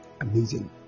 amazing